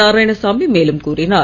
நாராயணசாமி மேலும் கூறினார்